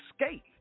escape